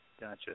gotcha